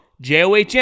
JOHN